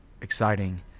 exciting